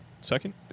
second